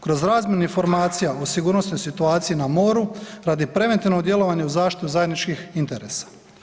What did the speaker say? Kroz razmjenu informacija o sigurnosnoj situaciji na moru, radi preventivnog djelovanja uz zaštitu zajedničkih interesa.